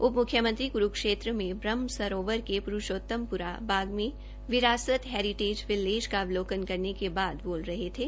उपम्ख्यमंत्री क्रूक्षेत्र में ब्रहमसरोवर के पुरुषोत्तमपुरा बाग में विरासत हेरिटेज विलेज का अवलोकन करने के बाद बोल रहे थे